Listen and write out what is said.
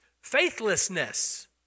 faithlessness